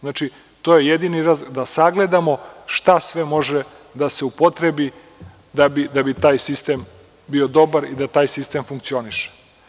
Znači, to je jedini razlog, da sagledamo šta sve može da se upotrebi da bi taj sistem bio dobar i da taj sistem funkcioniše.